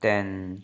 ਤਿੰਨ